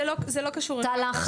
זה לא קשור אחד לשני --- תא לחץ,